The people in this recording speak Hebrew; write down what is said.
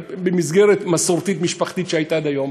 במסגרת מסורתית משפחתית שהייתה עד היום.